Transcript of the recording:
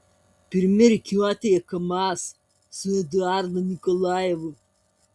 pirmi rikiuotėje kamaz su eduardu nikolajevu